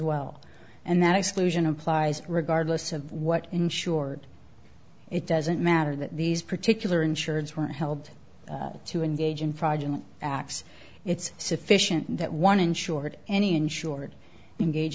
well and that exclusion applies regardless of what insured it doesn't matter that these particular insurance were held to engage in fragile x it's sufficient that one insured any insured engage